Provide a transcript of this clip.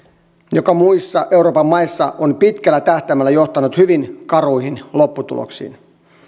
joka muissa euroopan maissa on pitkällä tähtäimellä johtanut hyvin karuihin lopputuloksiin